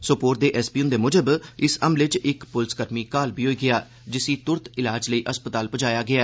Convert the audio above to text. सोपोर दे एसपी मुजब इस हमले च इक पुलसकर्मी घायल बी होई गेआ जिसी तुरत इलाज लेई अस्पताल पुजाया गेआ